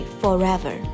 forever